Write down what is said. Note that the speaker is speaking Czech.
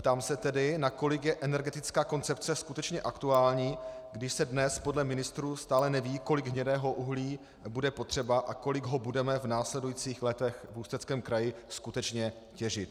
Ptám se tedy, nakolik je energetická koncepce skutečně aktuální, když se dnes podle ministrů stále neví, kolik hnědého uhlí bude potřeba a kolik ho budeme v následujících letech v Ústeckém kraji skutečně těžit.